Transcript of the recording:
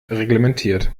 reglementiert